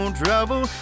trouble